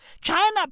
China